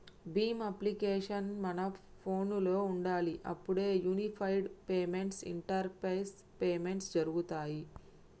Bhim application మన ఫోనులో ఉండాలి అప్పుడే యూనిఫైడ్ పేమెంట్స్ ఇంటరపేస్ పేమెంట్స్ జరుగుతాయ్